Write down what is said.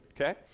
Okay